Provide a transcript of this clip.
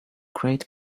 great